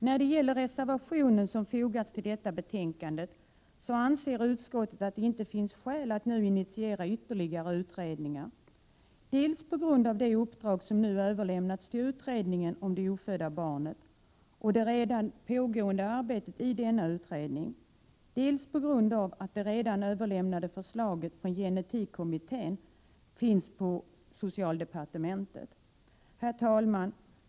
När det gäller reservationen som fogats till detta betänkande anser utskottet att det inte finns skäl att nu initiera ytterligare utredningar, dels på grund av det uppdrag som nu överlämnats till utredningen om det ofödda barnet och det redan pågående arbetet i denna utredning, dels på grund av det redan överlämnade förslaget från gen-etikkommittén, vilket bereds i socialdepartementet. Herr talman!